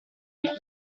ville